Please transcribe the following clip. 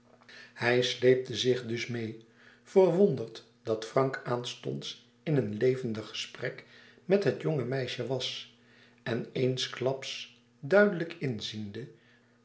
hij sleepte zich dus meê verwonderd dat frank aanstonds in een levendig gesprek met het jonge meisje was en eensklaps duidelijk inziende